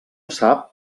sap